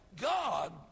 God